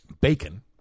Bacon